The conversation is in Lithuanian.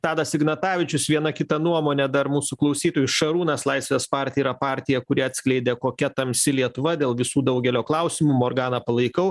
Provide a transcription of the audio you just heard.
tadas ignatavičius viena kita nuomonė dar mūsų klausytojų šarūnas laisvės partija yra partija kuri atskleidė kokia tamsi lietuva dėl visų daugelio klausimų morganą palaikau